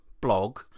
blog